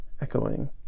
echoing